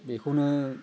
बेखौनो